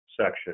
section